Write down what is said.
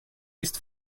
ist